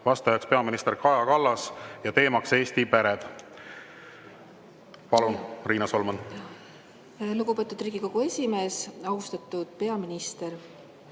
vastaja on peaminister Kaja Kallas ja teema on Eesti pered. Palun, Riina Solman! Lugupeetud Riigikogu esimees! Austatud peaminister!